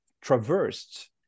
traversed